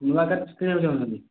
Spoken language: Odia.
ନୂଆ କାର୍ଟେ କିଣିବାକୁ ଚାହୁଁଛନ୍ତି